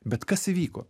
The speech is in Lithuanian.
bet kas įvyko